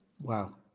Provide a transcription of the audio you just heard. Wow